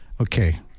Okay